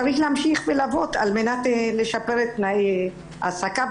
צריך להמשיך ולעבוד על-מנת לשפר את תנאי ההעסקה.